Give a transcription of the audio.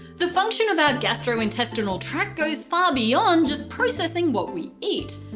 the function of our gastro-intestinal tract goes far beyond just processing what we eat.